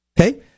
Okay